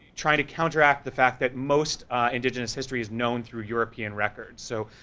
trying to counteract the fact that most indigenous history is known through european records, so,